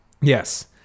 Yes